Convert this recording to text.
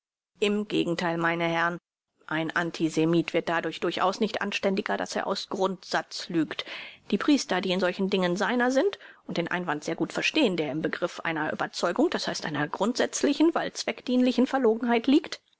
im gegentheil meine herrn ein antisemit wird dadurch durchaus nicht anständiger daß er aus grundsatz lügt die priester die in solchen dingen seiner sind und den einwand sehr gut verstehn der im begriff einer überzeugung das heißt einer grundsätzlichen weil zweckdienlichen verlogenheit liegt